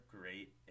great